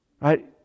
Right